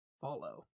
follow